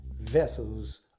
vessels